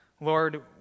Lord